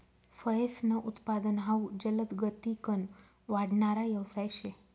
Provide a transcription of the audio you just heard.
फयेसनं उत्पादन हाउ जलदगतीकन वाढणारा यवसाय शे